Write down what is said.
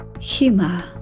Humor